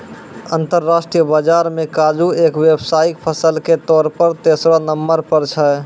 अंतरराष्ट्रीय बाजार मॅ काजू एक व्यावसायिक फसल के तौर पर तेसरो नंबर पर छै